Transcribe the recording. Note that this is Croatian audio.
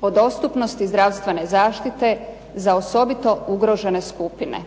o dostupnosti zdravstvene zaštite za osobito ugrožene skupine,